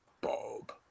Bob